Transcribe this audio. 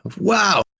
Wow